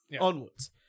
onwards